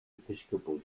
episcopal